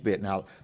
Now